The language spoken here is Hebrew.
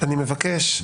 אני מבקש,